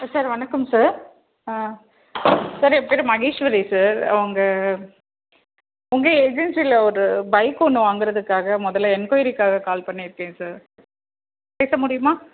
sir வணக்கம் sir sir என் பேர் மகேஸ்வரி சார் உங்கள் உங்கள் ஏஜென்சியில் ஒரு பைக் ஒன்று வாங்குறதுக்காக மொதலில் என்குவைரிக்காக கால் பண்ணியிருக்கேன் சார் பேச முடியுமா